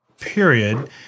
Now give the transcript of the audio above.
period